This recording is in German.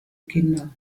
kinder